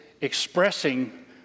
expressing